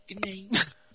Goodnight